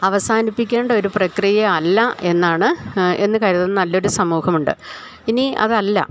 അവസാനിപ്പിക്കേണ്ടൊരു പ്രക്രിയ അല്ലായെന്നാണ് എന്ന് കരുതുന്ന നല്ലൊരു സമൂഹമുണ്ട് ഇനി അതല്ല